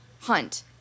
hunt